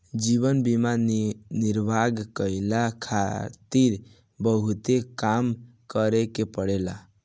जीवन निर्वाह कईला खारित बहुते काम करे के पड़ेला